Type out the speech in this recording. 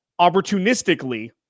opportunistically